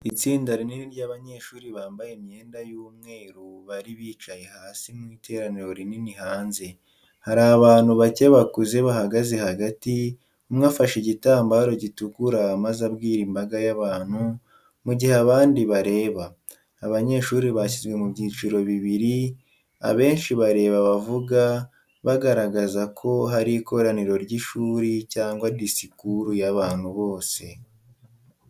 Itsinda rinini ry'abanyeshuri bambaye imyenda y'umweru bari bicaye hasi mu iteraniro rinini hanze. Hari abantu bake bakuze bahagaze hagati, umwe afashe igitambaro gitukura maze abwira imbaga y'abantu, mu gihe abandi bareba. Abanyeshuri bashyizwe mu byiciro bibiri, abenshi bareba abavuga, bagaragaza ko hari ikoraniro ry'ishuri cyangwa disikuru y'abantu bose.